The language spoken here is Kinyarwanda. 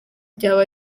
byaba